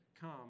come